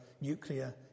nuclear